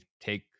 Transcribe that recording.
take